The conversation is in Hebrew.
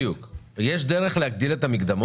יש דרך להגדיל את המקדמות?